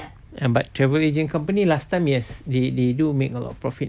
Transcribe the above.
ya but travel agent company last time yes they they do make a lot of profit